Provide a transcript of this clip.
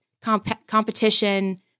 competition